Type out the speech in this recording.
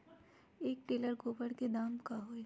एक टेलर गोबर के दाम का होई?